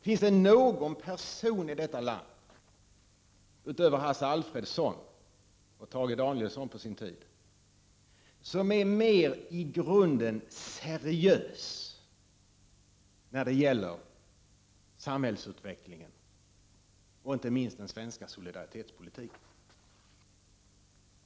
Finns det någon person i detta land utöver Hasse Alfredson och på sin tid Tage Danielsson som är mer i grunden seriös när det gäller samhällsutvecklingen och inte minst den svenska solidaritetspolitiken?